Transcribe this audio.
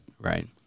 Right